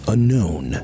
Unknown